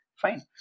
Fine